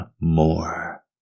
more